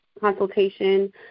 consultation